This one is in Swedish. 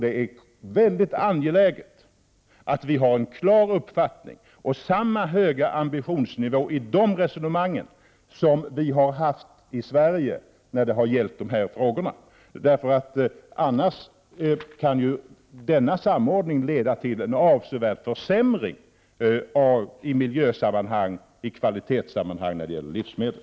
Det är mycket angeläget att vi har en klar uppfattning och samma höga ambitionsnivå i dessa sammanhang som vi har haft i dessa frågor här i Sverige. Annars kan ju denna samordning leda till en avsevärd försämring av miljön och av kvaliteten beträffande livsmedel.